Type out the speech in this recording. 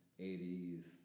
80s